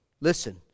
listen